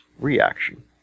reaction